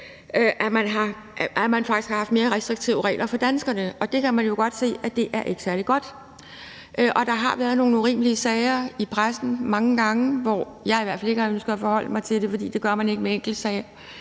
at man faktisk har haft mere restriktive regler for danskerne. Og man kan jo godt se, at det ikke er særlig godt. Der har været nogle urimelige sager i pressen, hvor jeg mange gange ikke har ønsket at forholde mig til, for det gør man ikke med enkeltsager,